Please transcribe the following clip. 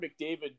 McDavid